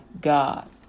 God